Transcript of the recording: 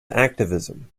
activism